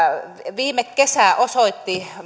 viime kesä osoitti